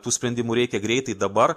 tų sprendimų reikia greitai dabar